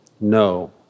No